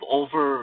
over